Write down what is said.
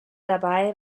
dabei